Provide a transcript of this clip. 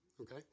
okay